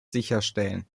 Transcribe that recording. sicherstellen